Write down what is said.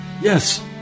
Yes